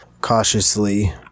Cautiously